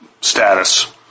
status